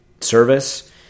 service